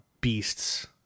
beasts